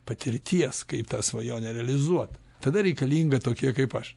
patirties kaip tą svajonę realizuot tada reikalinga tokia kaip aš